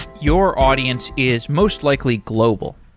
your audience is most likely global.